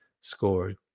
scored